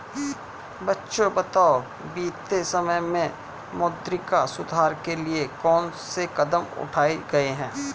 बच्चों बताओ बीते समय में मौद्रिक सुधार के लिए कौन से कदम उठाऐ गए है?